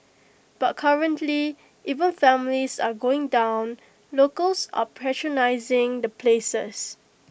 but currently even families are going down locals are patronising the places